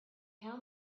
how